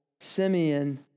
simeon